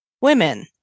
women